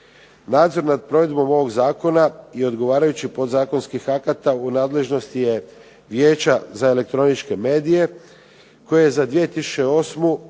Nadzor nad provedbom ovog zakona i odgovarajućih podzakonskih akata u nadležnosti je Vijeća za elektroničke medije koje je za 2008.